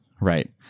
right